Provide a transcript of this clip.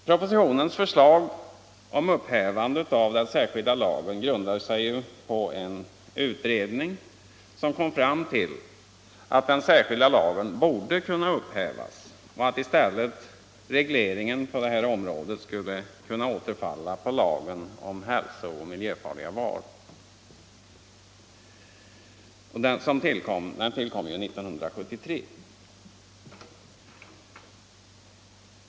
Propositionens förslag om upphävande av den särskilda lagen grundar sig på en utredning som kom fram till att den borde kunna upphävas och att regleringen på detta område skulle kunna göras enligt lagen om hälsooch miljöfarliga varor, som tillkom år 1973.